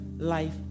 Life